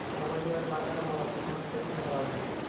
मोबाइलवर बाजारभावाची माहिती कशी मिळवावी?